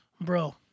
Bro